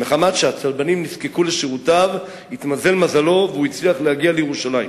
שמחמת שהצלבנים נזקקו לשירותיו התמזל מזלו והוא הצליח להגיע לירושלים.